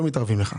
לא מתערבים לך.